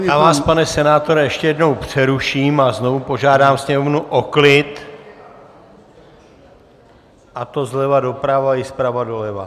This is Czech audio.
Já vás, pane senátore, ještě jednou přeruším a znovu požádám sněmovnu o klid, a to zleva doprava i zprava doleva.